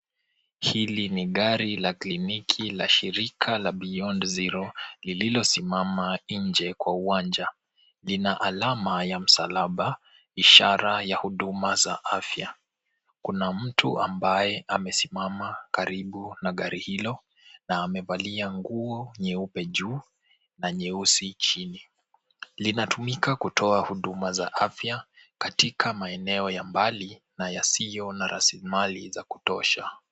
Hili ni gari la kliniki la shirika la Beyond zero lililosimama nje kwa uwanja. Lina alama ya msalaba ishara ya huduma za afya. Kuna mtu ambaye amesimama karibu na gari hilo na amevalia nguo nyeupe juu na nyeusi chini. Linatumika kutoa huduma za afya katika maeneo ya mbali na yasiyo na rasilimali za kutosha.